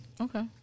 okay